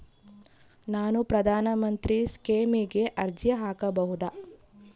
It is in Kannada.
ನಾನು ಪ್ರಧಾನ ಮಂತ್ರಿ ಸ್ಕೇಮಿಗೆ ಅರ್ಜಿ ಹಾಕಬಹುದಾ?